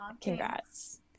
Congrats